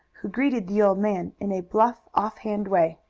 who greeted the old man in a bluff, off-hand way.